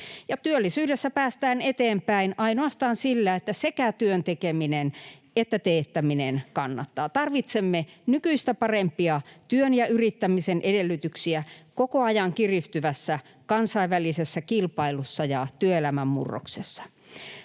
Työllisyydessä päästään eteenpäin ainoastaan sillä, että sekä työn tekeminen että teettäminen kannattaa. Tarvitsemme nykyistä parempia työn ja yrittämisen edellytyksiä koko ajan kiristyvässä kansainvälisessä kilpailussa ja työelämän murroksessa.